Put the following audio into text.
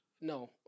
No